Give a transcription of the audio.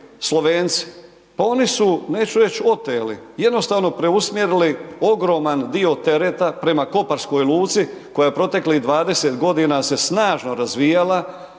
Slovenci. Pa oni su neću reći oteli, jednostavno preusmjerili ogroman dio tereta prema koparskoj luci, koja proteklih 20 g. se snažno razvijala